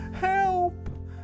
Help